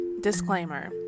Disclaimer